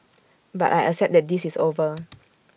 but I accept that this is over